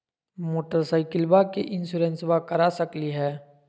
मोटरसाइकिलबा के भी इंसोरेंसबा करा सकलीय है?